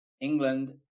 England